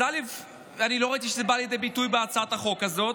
אז אני לא ראיתי שזה בא לידי ביטוי בהצעת החוק הזאת,